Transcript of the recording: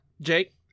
Jake